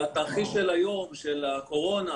בתרחיש של היום של הקורונה,